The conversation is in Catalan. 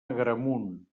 agramunt